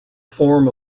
form